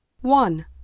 One